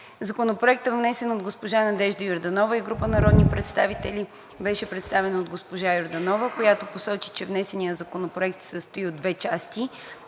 Законопроектът, внесен от Надежда Йорданова и група народни представители, беше представен от госпожа Йорданова, която посочи, че внесеният законопроект се състои от две части.